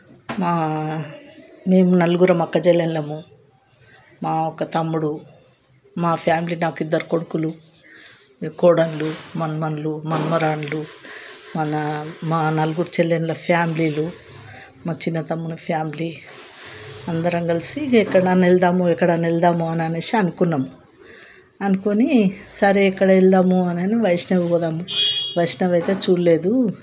మా మేము నలుగురు అక్క చెల్లెల్లము మా ఒక తమ్ముడు మా ఫ్యామిలీ నాకు ఇద్దరు కొడుకులు కోడళ్ళు మనవళ్ళు మనమరాళ్ళు మన మా నలుగురు చెల్లెళ్ళ ఫ్యామిలీలు మా చిన్న తమ్ముని ఫ్యామిలీ అందరము కలిసి ఎక్కడైనా వెళదాము ఎక్కడైనా వెళదాము అనేసి అనుకున్నాము అనుకొని సరే ఎక్కడి వెళదామని వైష్ణవి పోదాము వైష్ణవి అయితే చూడలేదు